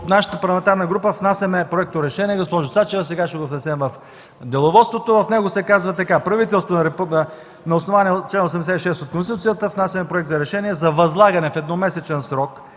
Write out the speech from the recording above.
от нашата парламентарна група внасяме проекторешение, госпожо Цачева. Сега ще го внесем в Деловодството. В него се казва: „На основание чл. 86 от Конституцията внасяме Проект за решение за възлагане в едномесечен срок